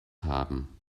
haben